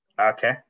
Okay